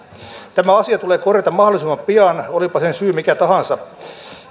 tämä asia tulee korjata mahdollisimman pian olipa sen syy mikä tahansa